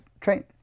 train